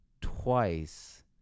twice